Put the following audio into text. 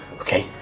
okay